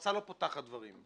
כשהמועצה לא פותחת דברים .